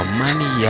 money